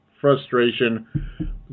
Frustration